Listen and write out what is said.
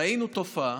ראינו תופעה: